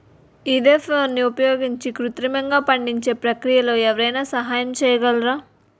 ఈథెఫోన్ని ఉపయోగించి కృత్రిమంగా పండించే ప్రక్రియలో ఎవరైనా సహాయం చేయగలరా?